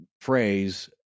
phrase